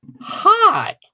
Hi